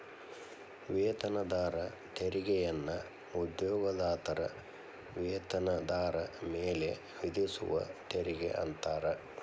ವೇತನದಾರ ತೆರಿಗೆಯನ್ನ ಉದ್ಯೋಗದಾತರ ವೇತನದಾರ ಮೇಲೆ ವಿಧಿಸುವ ತೆರಿಗೆ ಅಂತಾರ